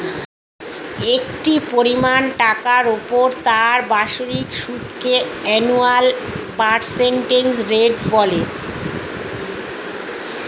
একটি পরিমাণ টাকার উপর তার বাৎসরিক সুদকে অ্যানুয়াল পার্সেন্টেজ রেট বলে